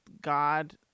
God